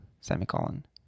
Semicolon